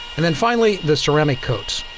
and then finally the ceramic coat.